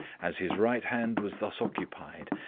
as his right hand was thus occupied,